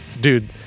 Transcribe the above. Dude